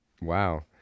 Wow